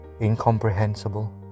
incomprehensible